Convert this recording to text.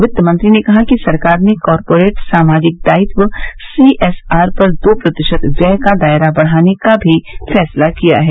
वित्तमंत्री ने कहा कि सरकार ने कॉरपोरेट सामाजिक दायित्व सीएसआर पर दो प्रतिशत व्यय का दायरा बढ़ाने का भी फैसला किया है